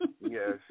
Yes